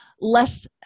less